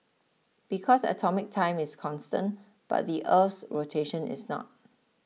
because atomic time is constant but the Earth's rotation is not